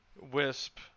Wisp